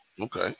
Okay